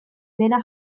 dena